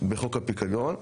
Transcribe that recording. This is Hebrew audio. בחוק הפיקדון.